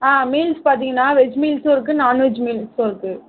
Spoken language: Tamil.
ஆ மீல்ஸ் பார்த்தீங்கன்னா வெஜ் மீல்ஸும் இருக்குது நான்வெஜ் மீல்ஸும் இருக்குது